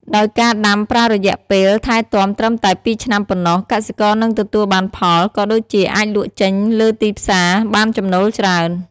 ដោយការដាំប្រើរយៈពេលថែទាំត្រឹមតែពីរឆ្នាំប៉ុណ្ណោះ កសិករនឹងទទួលបានផល ក៏ដូចជាអាចលក់ចេញលើទីផ្សាបានចំណូលច្រើន។